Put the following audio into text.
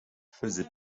faisait